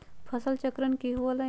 फसल चक्रण की हुआ लाई?